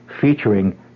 featuring